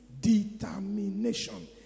determination